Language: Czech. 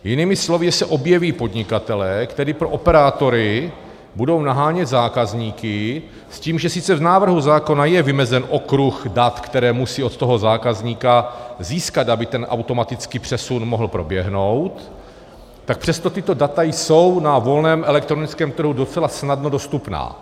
Jinými slovy se objeví podnikatelé, kteří pro operátory budou nahánět zákazníky s tím, že sice v návrhu zákona je vymezen okruh dat, která musí od toho zákazníka získat, aby ten automatický přesun mohl proběhnout, tak přesto tato data jsou na volném elektronickém trhu docela snadno dostupná.